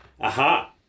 Aha